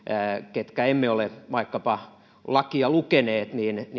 jotka emme ole vaikkapa lakia lukeneet